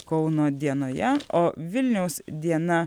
kauno dienoje o vilniaus diena